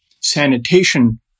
sanitation